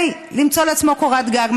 כדי למצוא לעצמו קורת גג,